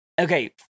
okay